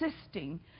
assisting